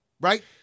right